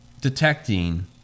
detecting